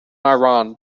iran